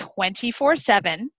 24-7